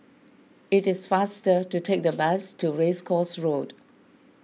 it is faster to take the bus to Race Course Road